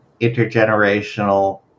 intergenerational